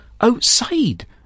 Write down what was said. outside